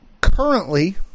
Currently